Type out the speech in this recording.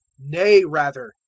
nay rather,